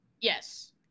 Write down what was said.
Yes